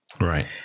right